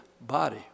body